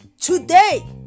today